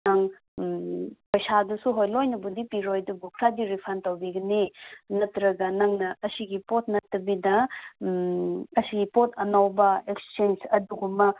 ꯅꯪ ꯄꯩꯁꯥꯗꯨꯁꯨ ꯍꯣꯏ ꯂꯣꯏꯅꯕꯨꯗꯤ ꯄꯤꯔꯣꯏ ꯑꯗꯨꯕꯨ ꯈꯔꯗꯤ ꯔꯤꯐꯟ ꯇꯧꯕꯤꯒꯅꯤ ꯅꯠꯇ꯭ꯔꯒ ꯅꯪꯅ ꯑꯁꯤꯒꯤ ꯄꯣꯠ ꯅꯠꯇꯕꯤꯗ ꯑꯁꯤꯒꯤ ꯄꯣꯠ ꯑꯅꯧꯕ ꯑꯦꯛꯆꯦꯟꯁ ꯑꯗꯨꯒꯨꯝꯕ